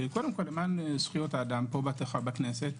למען זכויות האדם פה בכנסת,